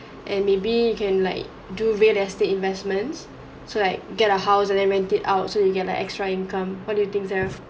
and maybe you can like do real estate investments so like get a house and and rent it out so you get the extra income what do you think there